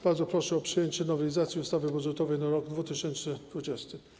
Bardzo proszę o przyjęcie nowelizacji ustawy budżetowej na rok 2020.